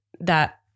that-